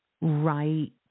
right